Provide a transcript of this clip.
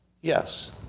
Yes